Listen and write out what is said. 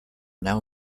now